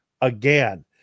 again